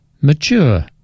mature